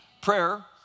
Prayer